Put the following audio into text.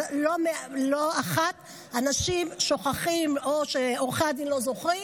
אבל לא אחת אנשים שוכחים או שעורכי הדין לא זוכרים,